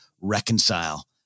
reconcile